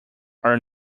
are